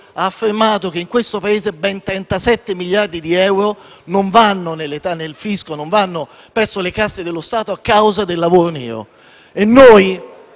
ha affermato che in questo Paese ben 37 miliardi di euro non vanno nel fisco e non vanno nelle casse dello Stato a causa del lavoro nero.